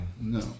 No